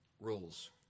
rules